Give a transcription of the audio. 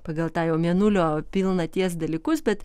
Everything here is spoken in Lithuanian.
pagal tą jau mėnulio pilnaties dalykus bet